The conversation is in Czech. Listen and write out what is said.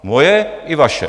Moje i vaše.